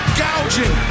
gouging